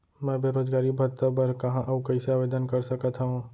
मैं बेरोजगारी भत्ता बर कहाँ अऊ कइसे आवेदन कर सकत हओं?